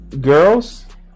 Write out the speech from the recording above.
girls